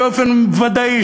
באופן ודאי,